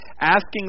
Asking